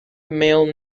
male